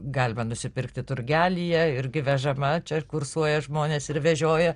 galima nusipirkti turgelyje irgi vežama čia kursuoja žmonės ir vežioja